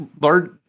large